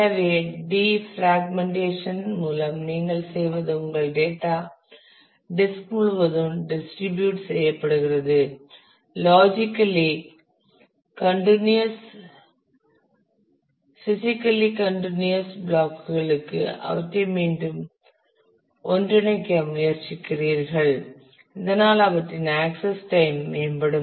எனவே டிஃப்ராக்மென்டேஷன் மூலம் நீங்கள் செய்வது உங்கள் டேட்டா டிஸ்க் முழுவதும் டிஸ்ட்ரிபியூட் செய்யப்படுகிறது logically continuous physically continuous block களுக்கு அவற்றை மீண்டும் ஒன்றிணைக்க முயற்சிக்கிறீர்கள் இதனால் அவற்றின் ஆக்சஸ் டைம் மேம்படும்